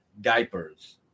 Diapers